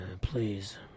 please